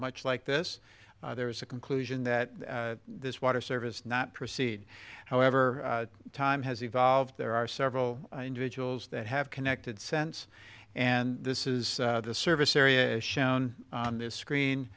much like this there is a conclusion that this water service not proceed however time has evolved there are several individuals that have connected sense and this is the service area is shown on the screen